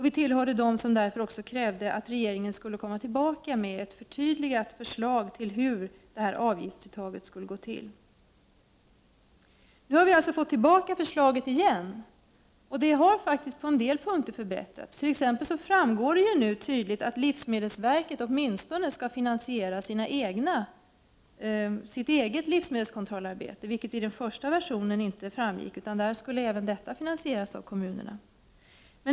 Vi tillhörde därför också dem som krävde att regeringen skulle komma tillbaka till riksdagen med ett förtydligat förslag till hur detta avgiftsuttag skulle gå till. Vi har nu fått tillbaka förslaget igen, och det har faktiskt förbättrats på en del punkter. Nu framgår det t.ex. tydligt att livsmedelsverket åtminstone skall finansiera sitt eget arbete med livsmedelskontroll, vilket inte framgick av den första versionen. I det förslaget skulle även detta arbete finansieras av kommunerna.